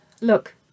look